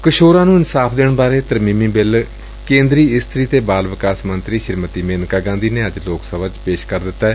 ਕਿਸੋਰਾਂ ਨੂੰ ਇਨਸਾਫ਼ ਦੇਣ ਬਾਰੇ ਤਰਮੀਮੀ ਬਿੱਲ ਕੇਂਦਰੀ ਇਸਤਰੀ ਤੇ ਬਾਲ ਵਿਕਾਸ ਮੰਤਰੀ ਸ੍ਰੀਮਤੀ ਮੇਨਕਾ ਗਾਂਧੀ ਨੇ ੱੱਜ ਲੋਕ ਸਭਾ ਚ ਪੇਸ਼ ਕਰ ਦਿੱਤੈ